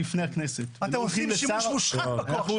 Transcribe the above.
אתם עושים שימוש מושחת בכוח שלכם.